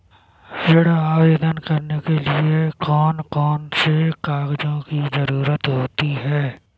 ऋण आवेदन करने के लिए कौन कौन से कागजों की जरूरत होती है?